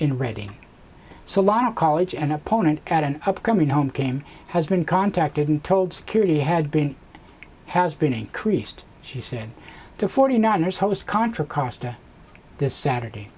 in reading so a lot of college an opponent at an upcoming home game has been contacted and told security had been has been increased she said the forty nine ers host contra costa this saturday